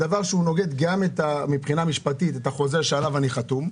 זה דבר שהוא נוגד גם מבחינה משפטית את החוזה שעליו אני חתום,